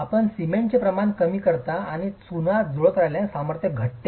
आपण सिमेंटचे प्रमाण कमी करता आणि चुना जोडत राहिल्याने सामर्थ्य घटते